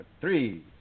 Three